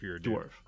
dwarf